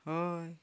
हय